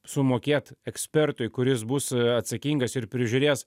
sumokėt ekspertui kuris bus atsakingas ir prižiūrės